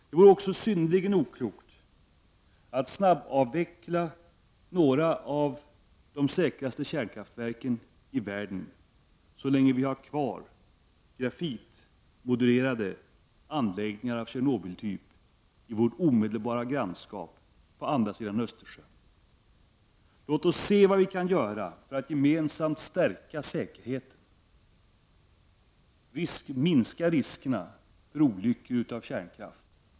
Det vore också synnerligen oklokt att snabbavveckla några av de säkraste kärnkraftverken i världen, så länge vi har kvar grafitmodererade anläggningar som den i Tjernobyl i vårt omedelbara grannskap, på andra sidan Östersjön. Låt oss se vad vi kan göra för att gemensamt stärka säkerheten och minska riskerna för olyckor med kärnkraft.